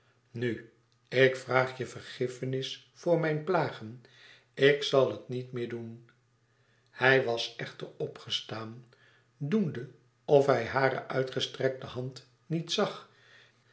nu ik vraag je vergiffenis voor mijn plagen ik zal het niet meer doen hij was echter opgestaan doende of hij hare uitgestrekte hand niet zag